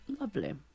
lovely